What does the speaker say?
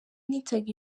nitaga